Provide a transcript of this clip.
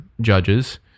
judges